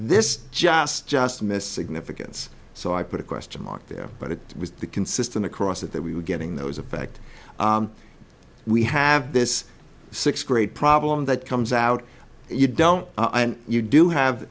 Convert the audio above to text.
this just just missed significance so i put a question mark there but it was consistent across that that we were getting those effect we have this sixth grade problem that comes out you don't and you do have